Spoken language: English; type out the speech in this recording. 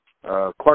Clark